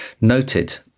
noted